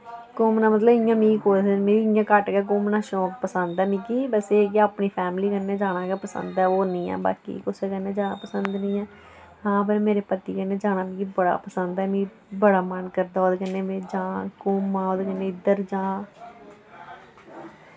घुम्मना मतलब इयां मि मि इयां घट्ट गै घुम्मना शौक पसंद ऐ मिकी बस एह् कि अपनी फैमली कन्नै जाना गै पसंद ऐ और निं ऐ बाकी कुसै कन्नै जाना पसंद नि ऐ हां पर मेरे पति कन्नै जाना मिगी बड़ा पसंद ऐ मि बड़ा पसंद ऐ मि बड़ा मन करदा ओह्दे कन्नै में जां घुम्मां ओह्दे कन्नै इद्धर जां